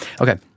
Okay